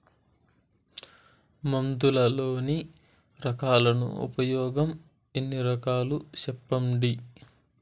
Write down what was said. మందులలోని రకాలను ఉపయోగం ఎన్ని రకాలు? సెప్పండి?